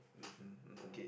mmhmm mmhmm